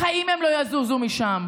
בחיים הם לא יזוזו משם.